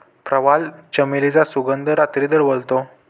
प्रवाळ, चमेलीचा सुगंध रात्री दरवळतो